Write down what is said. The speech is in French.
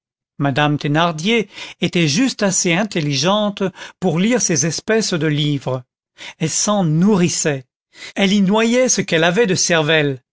madame thénardier était juste assez intelligente pour lire ces espèces de livres elle s'en nourrissait elle y noyait ce qu'elle avait de cervelle